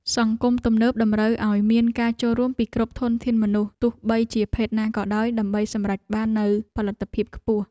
សង្គមទំនើបតម្រូវឱ្យមានការចូលរួមពីគ្រប់ធនធានមនុស្សទោះបីជាភេទណាក៏ដោយដើម្បីសម្រេចបាននូវផលិតភាពខ្ពស់។